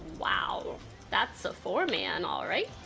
wow that's a four man, all right.